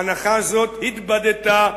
הנחה זאת התבדתה.